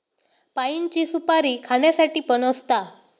पाइनची सुपारी खाण्यासाठी पण असता